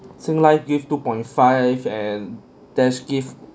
Singlife give two point five and Dash give